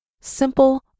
Simple